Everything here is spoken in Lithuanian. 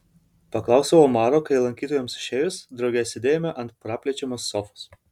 paklausiau omaro kai lankytojams išėjus drauge sėdėjome ant praplečiamos sofos